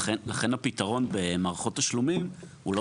לכן הפתרון במערכות תשלומים הוא לא